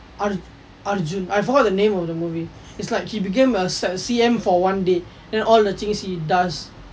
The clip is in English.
arjun I forgot the name of the movie is like he became a C_M for one day and all the things he does